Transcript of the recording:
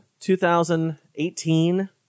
2018